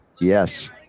Yes